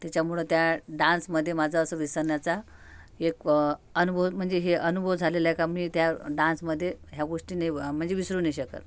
त्याच्यामुळे त्या डान्समधे माझं असं विसनण्याचा एक अनुभव म्हणजे हे अनुभव झालेलं आहे का मी त्या डान्समधे ह्या गोष्टी नाही बॉ म्हणजे विसरू नाही शकत